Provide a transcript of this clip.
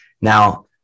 now